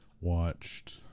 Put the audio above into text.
watched